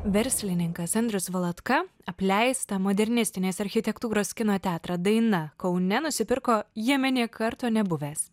verslininkas andrius valatka apleistą modernistinės architektūros kino teatrą daina kaune nusipirko jame nė karto nebuvęs